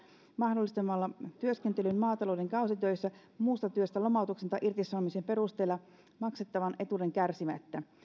mahdollistamalla työskentelyn maatalouden kausitöissä muusta työstä lomautuksen tai irtisanomisen perusteella maksettavan etuuden kärsimättä